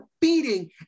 beating